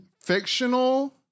fictional